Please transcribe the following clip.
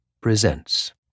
presents